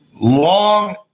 long